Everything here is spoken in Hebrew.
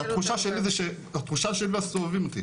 התחושה שלי ושל הסובבים שלי,